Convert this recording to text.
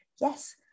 Yes